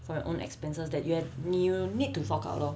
for your own expenses that you have you need to fork out lor